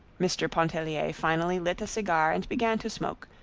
mr. pontellier finally lit a cigar and began to smoke,